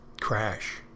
crash